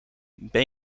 ben